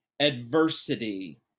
adversity